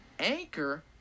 anchor